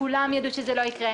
כולם ידעו שזה לא יקרה,